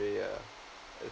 uh